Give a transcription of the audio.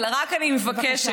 אבל רק אני מבקשת.